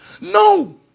No